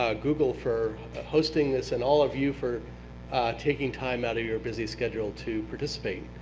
ah google for hosting this, and all of you for taking time out of your busy schedule to participate